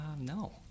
No